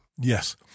Yes